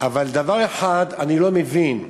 אבל דבר אחד אני לא מבין,